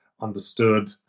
understood